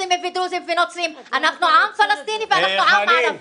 מוסלמים ודרוזים ונוצרים אנחנו עם פלסטיני ואנחנו עם ערבי.